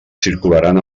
circularan